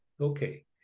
Okay